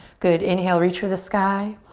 good, inhale reach for the sky.